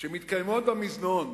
שמתקיימות במזנון